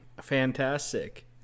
Fantastic